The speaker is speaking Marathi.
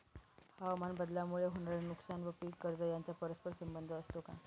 हवामानबदलामुळे होणारे नुकसान व पीक कर्ज यांचा परस्पर संबंध असतो का?